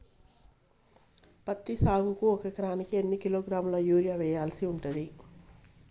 పత్తి సాగుకు ఒక ఎకరానికి ఎన్ని కిలోగ్రాముల యూరియా వెయ్యాల్సి ఉంటది?